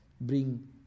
bring